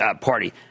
Party